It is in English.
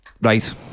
Right